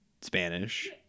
Spanish